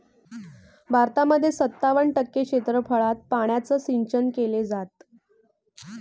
भारतामध्ये सत्तावन्न टक्के क्षेत्रफळात पाण्याचं सिंचन केले जात